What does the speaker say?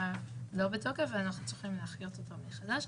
כבר לא בתוקף ואנחנו צריכים להחיות אותו מחדש,